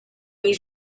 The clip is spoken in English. you